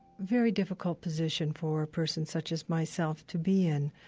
very difficult position for a person such as myself to be in.